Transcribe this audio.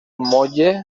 motlle